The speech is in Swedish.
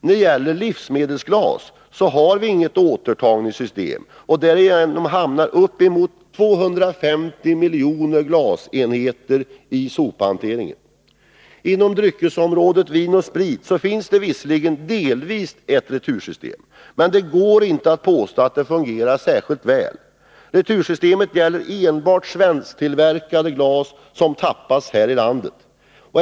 När det gäller livsmedelsglas har vi inget återtagningssystem. Därigenom hamnar uppemot 250 miljoner glasenheter i sophantering. Inom dryckesområdet vin och sprit finns det visserligen delvis ett retursystem, men det går inte att påstå att det fungerar särskilt väl. Retursystemet gäller enbart svensktillverkade glas som tappas här i landet.